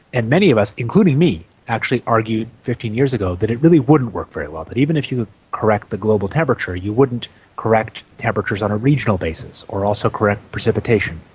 and many of us, including me, actually argued fifteen years ago that it really wouldn't work very well, that even if you correct the global temperature you wouldn't correct temperatures on a regional basis or also correct precipitation.